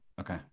okay